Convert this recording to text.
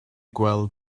gweld